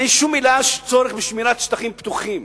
אין שום מלה על צורך בשמירת שטחים פתוחים.